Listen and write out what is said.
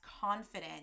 confident